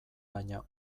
baina